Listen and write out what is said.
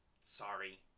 sorry